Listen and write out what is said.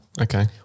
Okay